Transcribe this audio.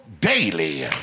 daily